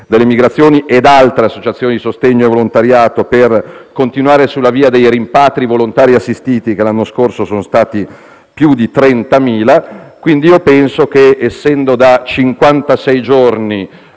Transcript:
per le migrazioni e l'ONU ed altre associazioni di sostegno e volontariato per continuare sulla via dei rimpatri volontari assistiti, che l'anno scorso sono stati più di 30.000. Io penso che, essendo da